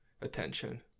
attention